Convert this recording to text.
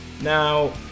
Now